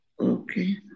Okay